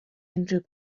unrhyw